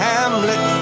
Hamlet